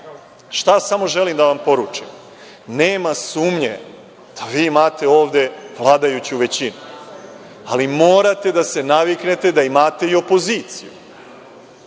samo želim da vam poručim, nema sumnje da vi ovde imate vladajuću većinu, ali morate da se naviknete da imate i opoziciju.